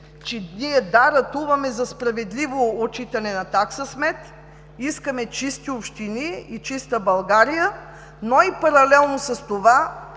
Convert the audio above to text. да, ние ратуваме за справедливо отчитане на такса смет, искаме чисти общини, чиста България, но паралелно с това